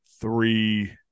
three